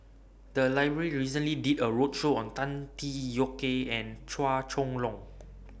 The Library recently did A roadshow on Tan Tee Yoke and Chua Chong Long